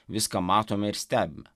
viską matome ir stebime